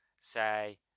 say